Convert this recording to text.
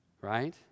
Right